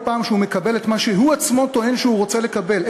כל פעם שהוא מקבל את מה שהוא עצמו טוען שהוא רוצה לקבל,